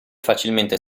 facilmente